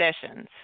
sessions